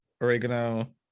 oregano